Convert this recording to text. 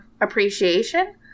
appreciation